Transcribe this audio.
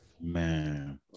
man